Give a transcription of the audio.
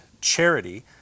charity